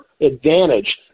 Advantage